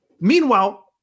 Meanwhile